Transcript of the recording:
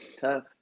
tough